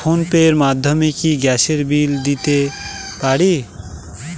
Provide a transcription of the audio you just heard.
Phone pay র মাধ্যমে কি গ্যাসের বিল দিতে পারি?